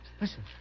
listen